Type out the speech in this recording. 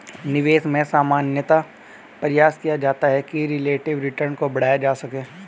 निवेश में सामान्यतया प्रयास किया जाता है कि रिलेटिव रिटर्न को बढ़ाया जा सके